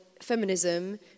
feminism